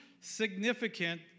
significant